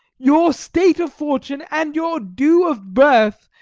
your state of fortune and your due of birth,